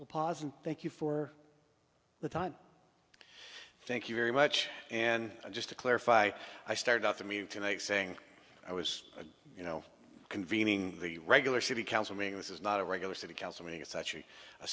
we'll pause and thank you for the time thank you very much and just to clarify i started out to me tonight saying i was you know convening the regular city council meeting this is not a regular city council meeting